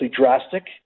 drastic